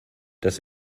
das